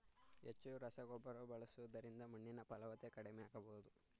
ಹೆಚ್ಚು ರಸಗೊಬ್ಬರವನ್ನು ಬಳಸುವುದರಿಂದ ಮಣ್ಣಿನ ಫಲವತ್ತತೆ ಕಡಿಮೆ ಆಗಬಹುದೇ?